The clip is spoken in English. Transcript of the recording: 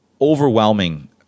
overwhelming